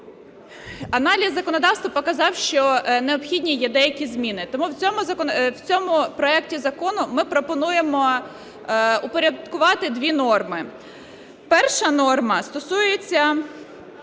Аналіз законодавства показав, що необхідні є деякі зміни, тому в цьому проекті закону ми пропонуємо упорядкувати дві норми. Перша норма стосується